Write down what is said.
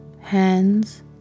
hands